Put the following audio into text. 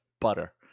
butter